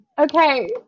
Okay